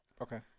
okay